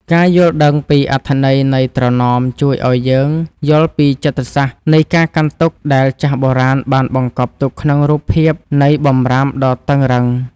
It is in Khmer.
ការយល់ដឹងពីអត្ថន័យនៃត្រណមជួយឱ្យយើងយល់ពីចិត្តសាស្ត្រនៃការកាន់ទុក្ខដែលចាស់បុរាណបានបង្កប់ទុកក្នុងរូបភាពនៃបម្រាមដ៏តឹងរ៉ឹង។